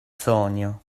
sonio